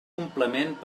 complement